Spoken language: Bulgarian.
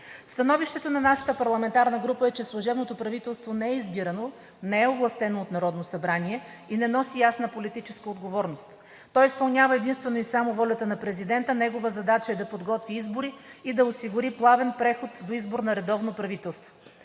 Становището на нашата парламентарна група е, че служебното правителство не е избирано, не е овластено от Народното събрание и не носи ясна политическа отговорност. То изпълнява единствено и само волята на президента. Негова задача е да подготви избори и да осигури плавен преход до избор на редовно правителство.